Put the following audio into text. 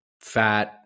fat